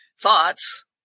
thoughts